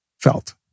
felt